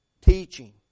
teaching